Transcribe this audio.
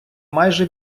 майже